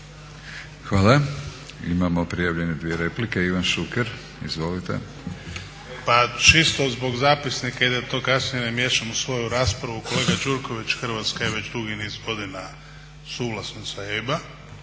Hvala. Imamo prijavljene dvije replike. Ivan Šuker, izvolite. **Šuker, Ivan (HDZ)** Pa čisto zbog zapisnika i da to kasnije ne miješam u svoju raspravu, kolega Gjurković Hrvatska je već dugi niz godina suvlasnica EIB-a.